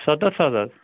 سَتتھ ساس حظ